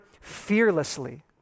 fearlessly